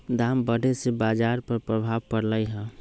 दाम बढ़े से बाजार पर प्रभाव परलई ह